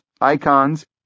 icons